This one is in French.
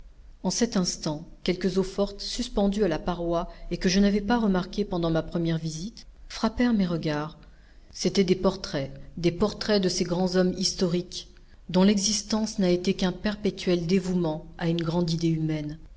en cet instant quelques eaux-fortes suspendues à la paroi et que je n'avais pas remarquées pendant ma première visite frappèrent mes regards c'étaient des portraits des portraits de ces grands hommes historiques dont l'existence n'a été qu'un perpétuel dévouement à une grande idée humaine